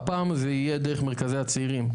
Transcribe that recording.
והפעם זה יהיה דרך מרכזי הצעירים,